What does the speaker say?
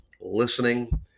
listening